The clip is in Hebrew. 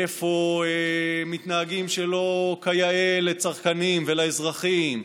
איפה מתנהגים שלא כיאה לצרכנים ולאזרחים.